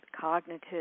cognitive